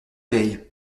veille